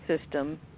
system